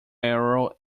arrow